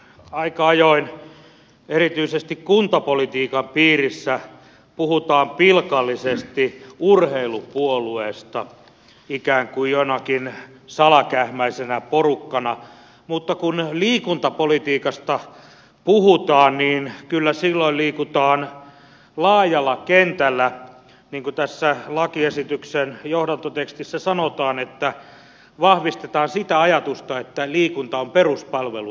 aika ajoin erityisesti kuntapolitiikan piirissä puhutaan pilkallisesti urheilupuolueesta ikään kuin jonakin salakähmäisenä porukkana mutta kun liikuntapolitiikasta puhutaan niin kyllä silloin liikutaan laajalla kentällä niin kuin tässä lakiesityksen johdantotekstissä sanotaan että vahvistetaan sitä ajatusta että liikunta on peruspalvelua